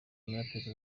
umuraperi